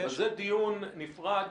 אבל זה דיון נפרד.